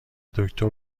دکتر